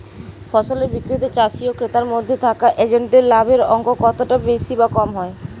ফসলের বিক্রিতে চাষী ও ক্রেতার মধ্যে থাকা এজেন্টদের লাভের অঙ্ক কতটা বেশি বা কম হয়?